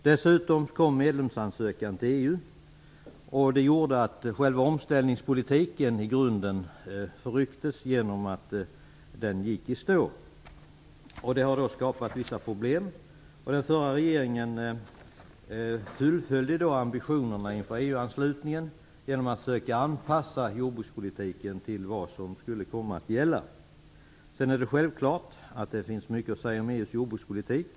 Dessutom kom medlemsansökan till EU, och det gjorde att själva omställningspolitiken i grunden förrycktes genom att den gick i stå. Det har då skapat vissa problem. Den förra regeringen fullföljde ambitionerna inför EU-anslutningen genom att söka anpassa jordbrukspolitiken till vad som skulle komma att gälla. Sedan är det självklart att det finns mycket att säga om EU:s jordbrukspolitik.